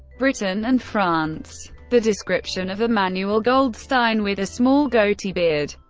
britain and france. the description of emmanuel goldstein, with a small, goatee beard,